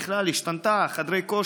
לא יהיה כסף